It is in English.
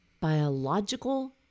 biological